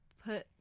put